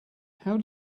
how